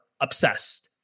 obsessed